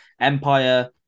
Empire